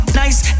nice